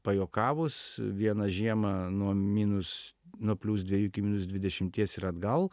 pajuokavus vieną žiemą nuo minus nuo plius dviejų iki minus dvidešimties ir atgal